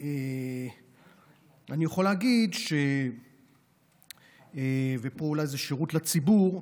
אני יכול להגיד, ואולי זה שירות לציבור,